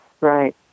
Right